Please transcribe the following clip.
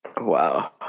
Wow